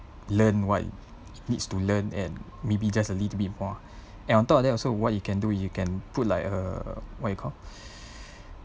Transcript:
learn what needs to learn and maybe just a little bit more and on top of that also what you can do it you can put like err what you call